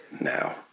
now